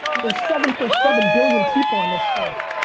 there's seven point seven billion people on this earth.